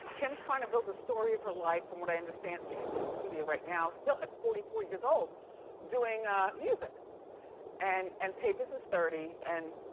kim's trying to build the story of her life from what i understand. she's in the studio right now. still, at forty four years old doing ah music and and papers is thirty. and